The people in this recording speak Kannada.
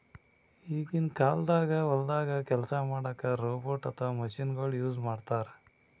ಈಗಿನ ಕಾಲ್ದಾಗ ಹೊಲ್ದಾಗ ಕೆಲ್ಸ್ ಮಾಡಕ್ಕ್ ರೋಬೋಟ್ ಅಥವಾ ಮಷಿನಗೊಳು ಯೂಸ್ ಮಾಡ್ತಾರ್